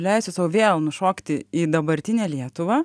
leisiu sau vėl nušokti į dabartinę lietuvą